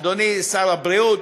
אדוני שר הבריאות,